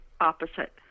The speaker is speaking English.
opposite